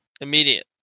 immediate